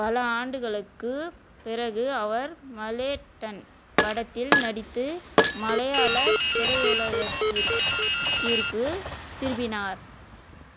பல ஆண்டுகளுக்குப் பிறகு அவர் மலேட்டன் படத்தில் நடித்து மலையாளத்திரையுலகத்திற் திற்கு திரும்பினார்